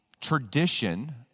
tradition